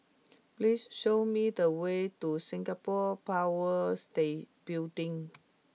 please show me the way to Singapore Power state Building